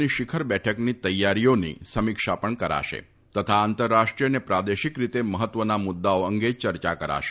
ની શિખર બેઠકની તૈયારીઓની સમીક્ષા કરાશે તથા આંતરરાષ્ટ્રીય અને પ્રાદેશિક રીતે મહત્વના મુદ્દાઓ અંગે ચર્ચા કરાશે